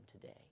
today